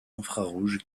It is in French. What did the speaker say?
infrarouge